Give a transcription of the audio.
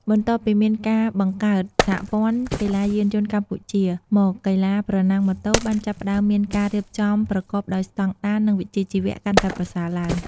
បន្ទាប់ពីមានការបង្កើត សហព័ន្ធកីឡាយានយន្តកម្ពុជាមក កីឡាប្រណាំងម៉ូតូបានចាប់ផ្តើមមានការរៀបចំប្រកបដោយស្តង់ដារ និងវិជ្ជាជីវៈកាន់តែប្រសើរឡើង។